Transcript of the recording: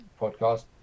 podcast